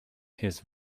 his